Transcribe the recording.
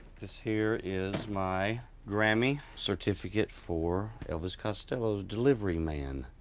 this here is my grammy certificate for elvis costello's delivery man.